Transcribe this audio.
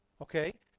Okay